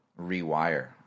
rewire